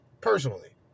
personally